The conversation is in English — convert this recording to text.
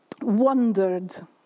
wondered